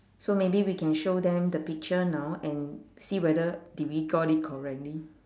so maybe we can show them the picture now and see whether did we got it correctly